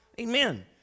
Amen